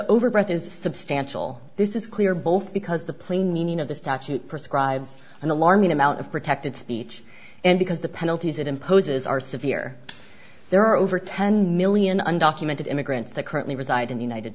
over breath is substantial this is clear both because the plain meaning of the statute prescribes an alarming amount of protected speech and because the penalties it imposes are severe there are over ten million undocumented immigrants that currently reside in the united